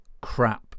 crap